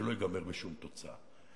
שלא ייגמר בשום תוצאה.